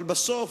אבל בסוף,